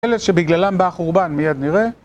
אלה שבגללם בא החורבן, מיד נראה